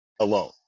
alone